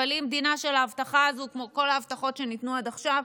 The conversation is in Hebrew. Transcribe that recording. אבל אם דינה של ההבטחה הזו כמו של כל ההבטחות שניתנו עד עכשיו,